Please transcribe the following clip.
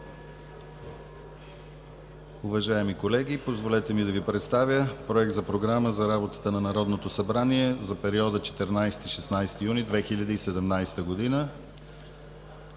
Уважаеми колеги, позволете ми да Ви представя Проекта за програма за работата на Народното събрание за периода 14 – 16 юни 2017 г.,